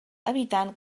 evitant